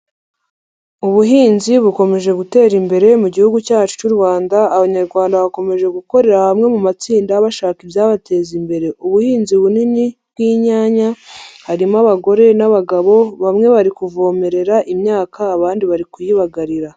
Ubuhinzi bukomeje gutera imbere mu Gihugu cyacu cy'u Rwanda, Abanyarwanda bakomeje gukorera hamwe mu matsinda bashaka ibyabateza imbere; ubuhinzi bunini bw'inyanya harimo abagore n'abagabo bamwe bari kuvomerera imyaka abandi bari kuyibagarira.